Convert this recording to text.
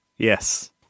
yes